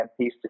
peace